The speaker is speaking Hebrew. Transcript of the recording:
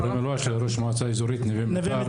זה באמת לא פתרון.